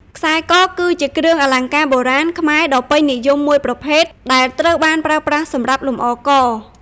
ខ្សែ ក គឺជាគ្រឿងអលង្ការបុរាណខ្មែរដ៏ពេញនិយមមួយប្រភេទ ដែលត្រូវបានប្រើប្រាស់សម្រាប់លម្អ ក។